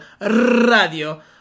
Radio